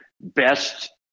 best